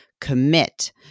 commit